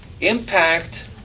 impact